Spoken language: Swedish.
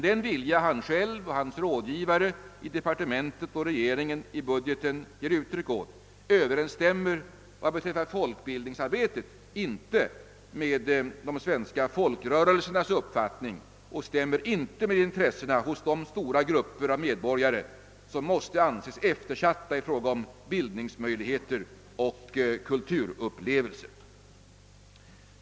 Den vilja han själv, hans rådgivare i departementet och regeringen i budgeten ger uttryck åt överensstämmer vad beträffar folkbildningsarbetet inte med de svenska folkrörel sernas uppfattning och stämmer inte med intressena hos de stora grupper av medborgare som måste anses eftersatta i fråga om bildningsmöjligheter och kulturupplevelser.